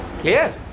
Clear